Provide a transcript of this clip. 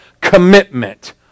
commitment